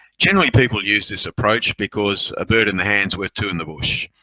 generally, people use this approach because a bird in the hand is worth two in the bush,